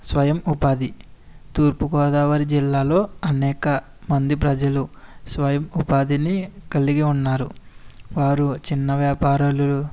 స్వయం ఉపాధి తూర్పుగోదావరి జిల్లాలో అనేక మంది ప్రజలు స్వయం ఉపాధిని కలిగి ఉన్నారు వారు చిన్న వ్యాపారాలు